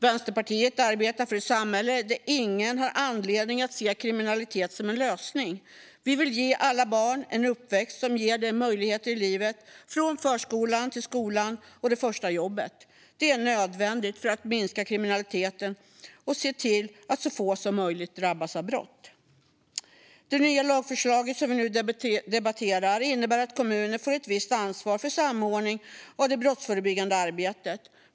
Vänsterpartiet arbetar för ett samhälle där ingen har anledning att se kriminalitet som en lösning. Vi vill ge alla barn en uppväxt som ger dem möjligheter i livet, från förskolan till skolan och det första jobbet. Det är nödvändigt för att minska kriminaliteten och se till att så få som möjligt drabbas av brott. Det nya lagförslag som vi nu debatterar innebär att kommuner får ett visst ansvar för samordning av det brottsförebyggande arbetet.